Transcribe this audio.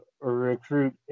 recruit